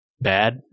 bad